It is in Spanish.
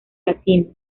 latino